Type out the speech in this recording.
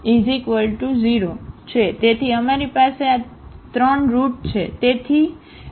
તેથી અમારી પાસે આ 3 રુટ છે તેથી 1 1 1